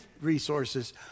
resources